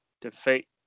defeat